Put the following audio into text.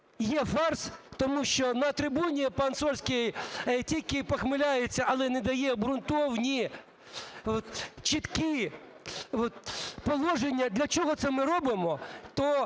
є фарс, тому що на трибуні пан Сольський тільки ухмыляется, а не дає обґрунтовані чіткі положення, для чого це ми робимо.